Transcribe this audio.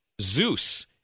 Zeus